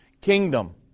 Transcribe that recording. kingdom